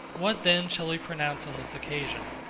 what then shall we pronounce on this occasion?